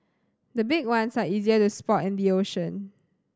the big ones are easier to spot in the ocean